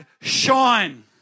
shine